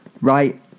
right